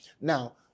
Now